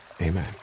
Amen